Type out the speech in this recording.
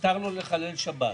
מותר לו לחלל שבת.